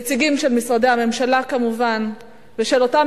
נציגים של משרדי הממשלה כמובן ושל אותם